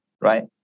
right